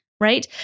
right